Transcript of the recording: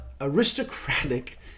aristocratic